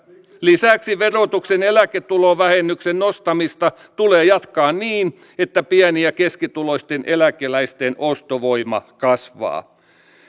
lisäksi verotuksen eläketulovähennyksen nostamista tulee jatkaa niin että pieni ja keskituloisten eläkeläisten ostovoima kasvaa